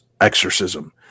exorcism